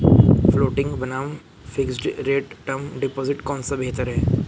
Floating बनाम fixed rate term deposit कौन सा बेहतर है?